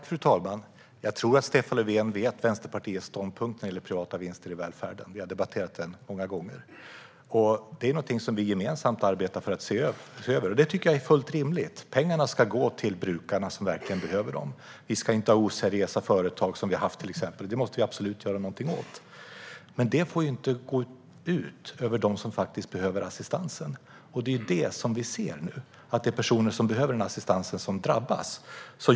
Fru talman! Jag tror att Stefan Löfven känner till Vänsterpartiets ståndpunkt när det gäller privata vinster i välfärden. Vi har debatterat det många gånger, och det är något som vi gemensamt arbetar för att se över. Och det tycker jag är fullt rimligt. Pengarna ska gå till brukarna som verkligen behöver dem. Vi ska till exempel inte ha oseriösa företag, som vi har haft. Det måste vi absolut göra någonting åt. Men det får inte gå ut över dem som faktiskt behöver assistansen. Det vi ser nu är att det är de personer som behöver assistansen som drabbas.